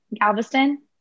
Galveston